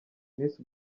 miss